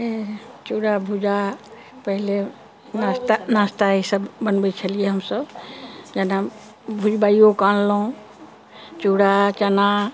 चूरा भूजा पहिले नास्ता इसब बनबै छलियै हमसब जेना भूजबाइयो के अनलहुॅं चूरा चना